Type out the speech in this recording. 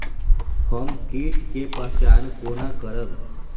हम कीट के पहचान कोना करब?